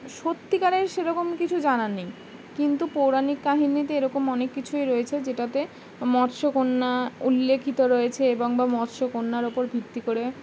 সত্যিকারের সেরকম কিছু জানানি কিন্তু পৌরাণিক কাহিনিতে এরকম অনেক কিছুই রয়েছে যেটাতে মৎস্য কন্যা উল্লেখিত রয়েছে এবং বা মৎস্যকনার ওপর ভিত্তি করে